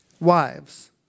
Wives